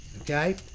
Okay